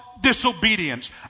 disobedience